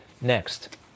Next